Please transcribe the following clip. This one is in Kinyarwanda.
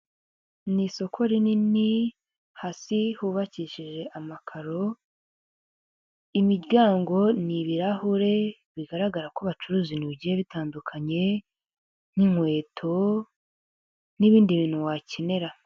Ni isoko rinini, hasi hubakishije amakaro, imiryango ni ibirahure bigaragara ko bacuruza ibintu bigiye bitandukanye, nk'inkweto n'ibindi bintu wakenera.